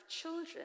children